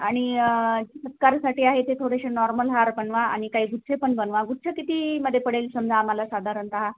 आणि सत्कारासाठी आहे ते थोडेसे नॉर्मल हार बनवा आ आणि काही गुच्छ पण बनवा गुच्छ कितीमध्ये पडेल समजा आमाला साधारणतः